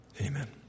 Amen